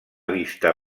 vista